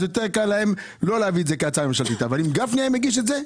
יותר קל להם לא להביא את זה כהצעה ממשלתית אבל אם גפני היה מגיש את זה,